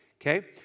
Okay